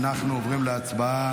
אנחנו עוברים להצבעה.